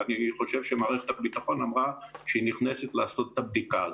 ואני חושב שמערכת הביטחון אמרה שהיא נכנסת לעשות את הבדיקה הזאת.